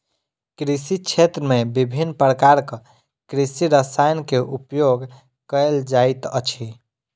कृषि क्षेत्र में विभिन्न प्रकारक कृषि रसायन के उपयोग कयल जाइत अछि